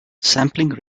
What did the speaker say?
sampling